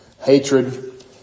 Hatred